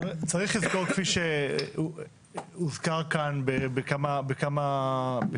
צריך לזכור, כפי שהוזכר כאן בכמה מקרים,